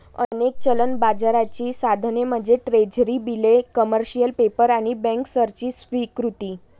अनेक चलन बाजाराची साधने म्हणजे ट्रेझरी बिले, कमर्शियल पेपर आणि बँकर्सची स्वीकृती